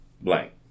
blank